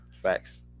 facts